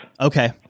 Okay